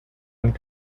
and